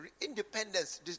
independence